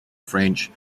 french